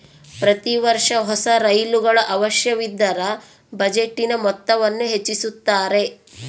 ಪ್ರತಿ ವರ್ಷ ಹೊಸ ರೈಲುಗಳ ಅವಶ್ಯವಿದ್ದರ ಬಜೆಟಿನ ಮೊತ್ತವನ್ನು ಹೆಚ್ಚಿಸುತ್ತಾರೆ